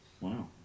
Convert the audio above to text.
Wow